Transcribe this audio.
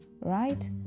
Right